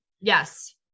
Yes